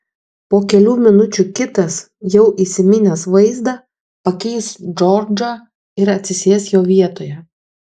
po kelių minučių kitas jau įsiminęs vaizdą pakeis džordžą ir atsisės jo vietoje